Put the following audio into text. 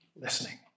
listening